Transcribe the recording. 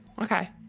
Okay